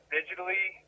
digitally